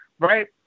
right